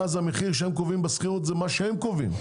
ואז המחיר שהם קובעים בשכירות זה מה שהם קובעים.